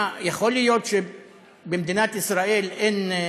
מה, יכול להיות שבמדינת ישראל אין?